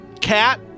cat